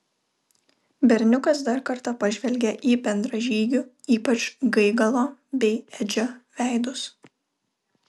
berniukas dar kartą pažvelgė į bendražygių ypač gaigalo bei edžio veidus